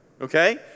Okay